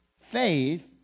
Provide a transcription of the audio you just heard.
faith